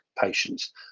patients